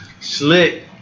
Slick